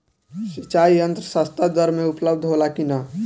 सिंचाई यंत्र सस्ता दर में उपलब्ध होला कि न?